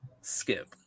Skip